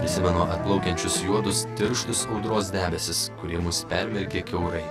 prisimenu atplaukiančius juodus tirštus audros debesis kurie mus permirkė kiaurai